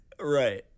Right